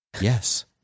Yes